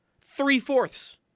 three-fourths